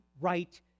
right